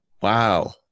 Wow